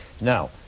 Now